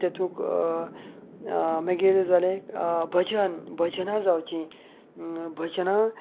तेतूंक मागीर जाले भजन भजनाय जावची भजना अप्रोच जावची कार्यशाळा घेवची